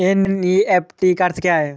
NEFT का अर्थ क्या है?